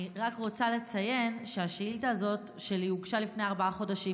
אני רק רוצה לציין שהשאילתה הזאת שלי הוגשה לפני ארבעה חודשים,